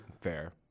Fair